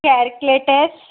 calculator